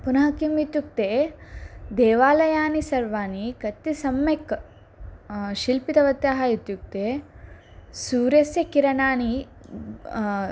पुनः किम् इत्युक्ते देवालयानि सर्वाणि कति सम्यक् शिल्पितवत्यः इत्युक्ते सूर्यस्य किरणानि